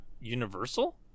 Universal